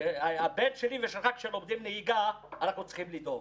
שכאשר הבן שלי ושלך לומדים נהיגה אנחנו צריכים לנהוג.